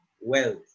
wealth